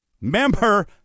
Member